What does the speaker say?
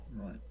Right